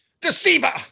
deceiver